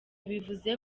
bivuze